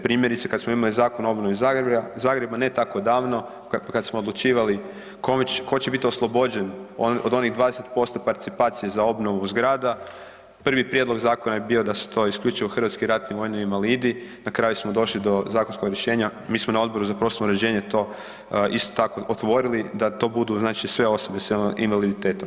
Primjerice, kad smo imali Zakon o obnovi Zagreba, ne tako davno, kad smo odlučivali kome će, tko će biti oslobođen od onih 20% participacije za obnovu zgrada, prvi prijedlog zakona je bio da se to isključivo hrvatski ratni vojni invalidi, na kraju smo došli do zakonskog rješenja, mi smo na Odboru za prostorno uređenje to isto tako otvorili, da to budu znači sve osobe s invaliditetom.